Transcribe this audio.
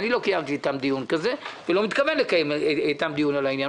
אני לא קיימתי איתם דיון כזה ולא מתכוון לקיים איתם דיון על העניין.